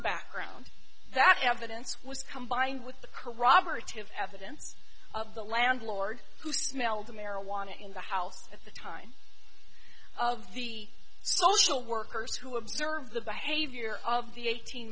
background that evidence was combined with the corroborative evidence of the landlord who smelled the marijuana in the house at the time of the social workers who observe the behavior of the eighteen